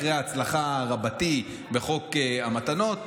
אחרי ההצלחה רבתי בחוק המתנות,